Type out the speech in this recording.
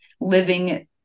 living